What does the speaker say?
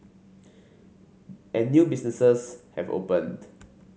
and new businesses have opened